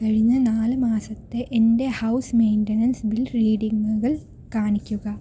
കഴിഞ്ഞ നാല് മാസത്തെ എൻ്റെ ഹൗസ് മെയിൻ്റെനൻസ് ബിൽ റീഡിംഗുകൾ കാണിക്കുക